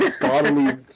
bodily